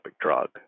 drug